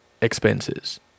expenses